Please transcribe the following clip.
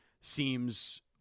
seems